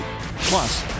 Plus